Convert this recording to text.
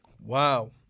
Wow